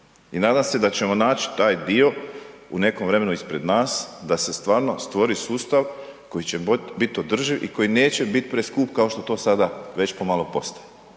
I nadam se da ćemo nać taj dio u nekom vremenu ispred nas da se stvarno stvori sustav koji će biti održiv i koji neće biti preskup kao što to sada već pomalo postaje